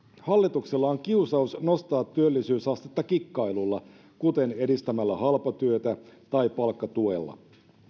hallituksella on kiusaus nostaa työllisyysastetta kikkailulla kuten edistämällä halpatyötä tai palkkatuella